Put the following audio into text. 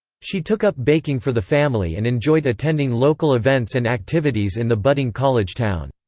she took up baking for the family and enjoyed attending local events and activities in the budding college town.